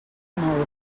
moure